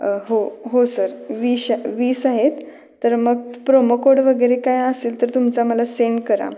हो हो सर विश वीस आहेत तर मग प्रोमो कोड वगैरे काय असेल तर तो तुमचा मला सेंड करा